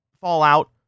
Fallout